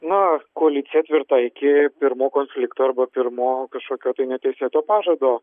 na koalicija tvirta iki pirmo konflikto arba pirmo kažkokio tai netesėto pažado